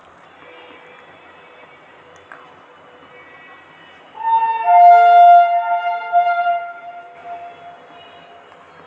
लाभ के मुख्य रूप से वित्तीय लेखांकन से जोडकर देखल जा हई